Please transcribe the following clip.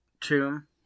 tomb